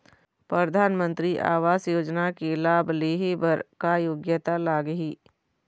परधानमंतरी आवास योजना के लाभ ले हे बर का योग्यता लाग ही?